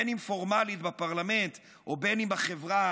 אם פורמלית בפרלמנט ואם בחברה,